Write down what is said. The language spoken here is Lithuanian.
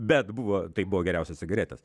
bet buvo tai buvo geriausias cigaretės